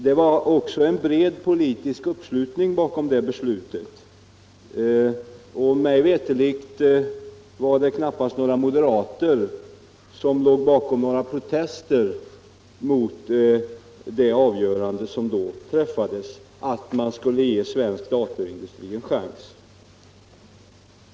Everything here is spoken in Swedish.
Det var också en bred politisk uppslutning bakom det beslutet, och mig veterligen låg knappast några moderater bakom protester mot det avgörande som då träffades — att man skulle ge svensk dataindustri en chans.